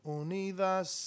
unidas